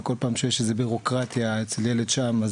ובכל פעם שיש איזו בירוקרטיה אצל ילד שם,